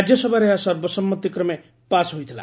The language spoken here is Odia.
ରାଜ୍ୟସଭାରେ ଏହା ସର୍ବସନ୍ନତି କ୍ରମେ ପାସ୍ ହୋଇଥିଲା